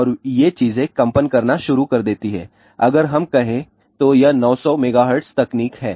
और ये चीजें कंपन करना शुरू कर देती हैं अगर हम कहें तो यह 900 MHz तकनीक है